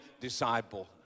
disciple